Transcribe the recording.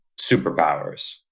superpowers